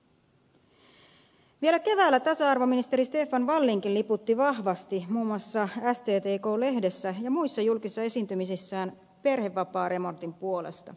vielä keväällä tasa arvoministeri stefan wallinkin liputti vahvasti muun muassa sttk lehdessä ja muissa julkisissa esiintymisissään perhevapaaremontin puolesta